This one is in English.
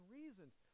reasons